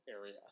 area